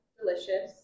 delicious